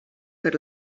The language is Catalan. per